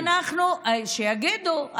שיגידו.